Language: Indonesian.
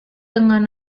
dengan